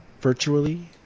virtually